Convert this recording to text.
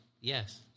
Yes